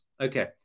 Okay